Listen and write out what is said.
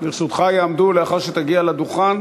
לרשותך יעמדו, לאחר שתגיע לדוכן,